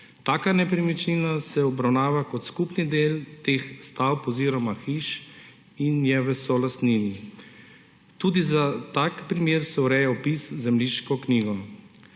Taka nepremičnina se obravnava kot skupni del teh stavb oziroma hiš in je v solastnini. Tudi za tak primer se ureja vpis v zemljiško knjigo.